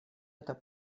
это